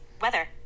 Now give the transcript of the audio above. weather